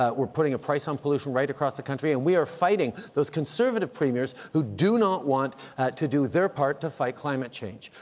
ah we're putting a price on pollution right across the country. and we are fighting those conservative premiers who do not want to do their part to fight climate change.